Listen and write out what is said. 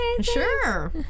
sure